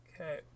Okay